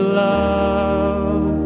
love